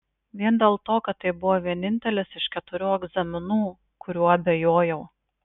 vien dėl to kad tai buvo vienintelis iš keturių egzaminų kuriuo abejojau